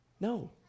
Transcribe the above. No